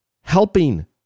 helping